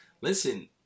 Listen